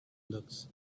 looks